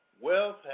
Wealth